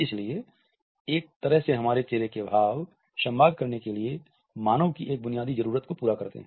इसलिए एक तरह से हमारे चेहरे के भाव संवाद करने के लिए मानव की एक बुनियादी जरूरत को पूरा करते हैं